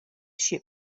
ship